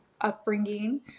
upbringing